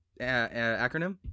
acronym